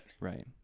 Right